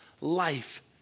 life